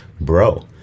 bro